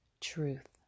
truth